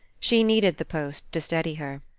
she needed the post to steady her.